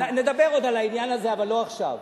נדבר עוד על העניין הזה, אבל לא עכשיו.